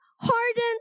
hardened